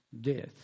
death